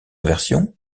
version